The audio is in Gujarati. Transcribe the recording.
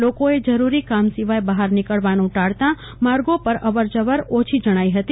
લોકોએ જરૂરી કામ સિવાય બહાર નીકળવાનું ટાળતા માર્ગો પર અવરજવર ઓછી જણાતી હતી